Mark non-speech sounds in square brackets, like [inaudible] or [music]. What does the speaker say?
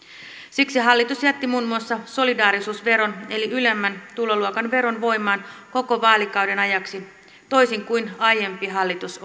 siksi hallitus jätti muun muassa solidaarisuusveron eli ylemmän tuloluokan veron voimaan koko vaalikauden ajaksi toisin kuin aiempi hallitus [unintelligible]